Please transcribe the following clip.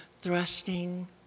thrusting